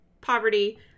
poverty